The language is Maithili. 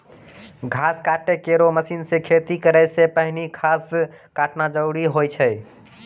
घास काटै केरो मसीन सें खेती करै सें पहिने घास काटना जरूरी होय छै?